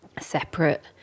separate